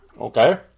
Okay